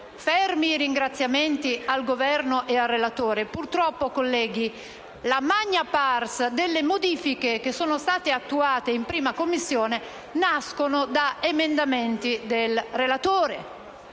fermi i ringraziamenti al Governo e al relatore, la *magna pars* delle modifiche che sono state attuate in 1a Commissione nasce da emendamenti del relatore